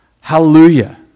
Hallelujah